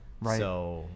right